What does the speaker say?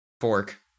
fork